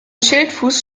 schildfuß